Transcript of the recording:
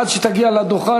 עד שתגיע לדוכן,